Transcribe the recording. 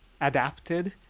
adapted